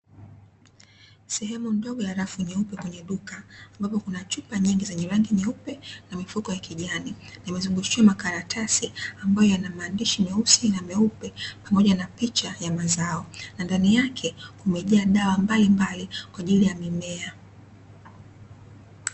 Sehemu ndogo ya rafu nyeupe kwenye duka ambapo kuna chupa nyingi zenye rangi nyeupe na mifuko ya kijani. Imezungushiwa makaratasi ambayo yana maandishi meusi na meupe pamoja na picha ya mazao, na ndani yake kumejaa dawa mbalimbali kwa ajili ya mimea.